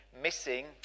missing